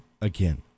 again